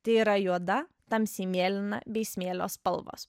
tai yra juoda tamsiai mėlyna bei smėlio spalvos